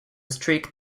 strict